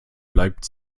bleibt